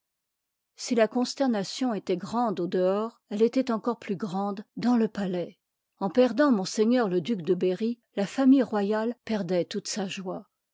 si la consternation étoit grande au dehors elle étoit encore plus grande dans le palais en perdant m le due de berry la famille royale perdoit toute sa joie